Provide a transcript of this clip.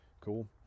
Cool